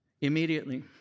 Immediately